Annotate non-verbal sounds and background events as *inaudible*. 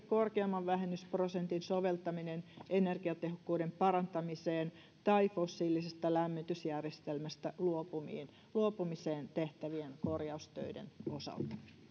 *unintelligible* korkeamman vähennysprosentin soveltaminen energiatehokkuuden parantamiseen tai fossiilisesta lämmitysjärjestelmästä luopumiseen luopumiseen tehtävien korjaustöiden osalta